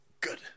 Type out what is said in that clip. Good